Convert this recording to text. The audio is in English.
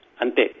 Ante